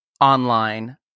online